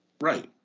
right